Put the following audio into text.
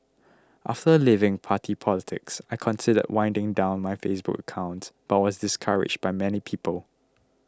after leaving party politics I considered winding down my Facebook accounts but was discouraged by many people